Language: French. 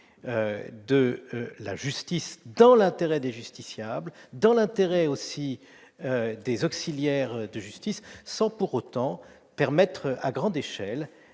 de la justice, dans l'intérêt des justiciables, dans l'intérêt aussi des auxiliaires de justice, sans pour autant permettre, à grande échelle,